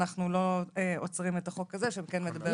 אנחנו לא עוצרים את החוק הזה שכן מדבר על להרחיב את הנושא הזה.